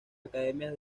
academias